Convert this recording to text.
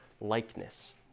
likeness